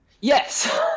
Yes